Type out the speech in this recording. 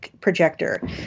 projector